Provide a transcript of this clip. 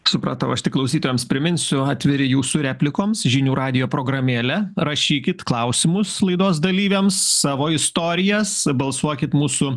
supratau aš tik klausytojams priminsiu atveri jūsų replikoms žinių radijo programėle rašykit klausimus laidos dalyviams savo istorijas balsuokit mūsų